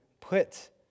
put